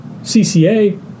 CCA